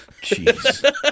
Jeez